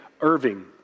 Irving